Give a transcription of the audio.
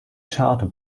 charter